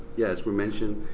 yeah, as we mentioned,